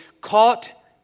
Caught